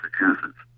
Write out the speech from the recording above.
massachusetts